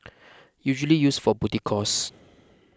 usually used for booty calls